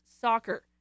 soccer